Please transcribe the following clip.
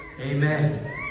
Amen